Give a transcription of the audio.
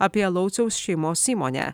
apie lauciaus šeimos įmonę